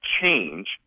change